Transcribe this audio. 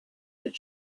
had